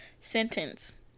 sentence